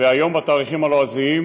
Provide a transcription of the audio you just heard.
והיום בתאריך הלועזי,